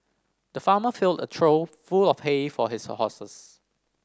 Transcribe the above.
the farmer filled a trough full of hay for his horses